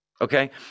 Okay